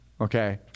Okay